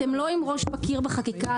אתם לא עם ראש בקיר בחקיקה הזאת.